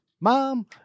mom